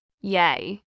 Yay